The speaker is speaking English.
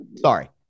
Sorry